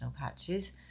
patches